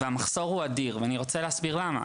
המחסור הוא אדיר, ואני רוצה להסביר למה.